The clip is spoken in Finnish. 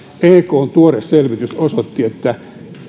ekn tuore selvitys osoitti että